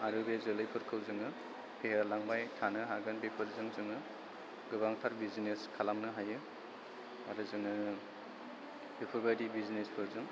आरो बे जोलैफोरखौ जों फेहेरलांबाय थानो हागोन बेफोरजों जों गोबांथार बिजिनेस खालामनो हायो आरो जों बेफोरबायदि बिजिनेसफोरजों